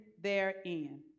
therein